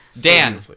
Dan